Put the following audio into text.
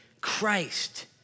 Christ